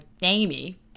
Amy